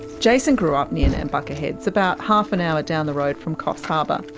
jason grew up near nambucca heads, about half an hour down the road from coffs harbour.